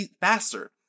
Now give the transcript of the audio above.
faster